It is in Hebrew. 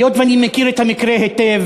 היות שאני מכיר את המקרה היטב,